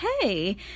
Hey